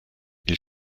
ils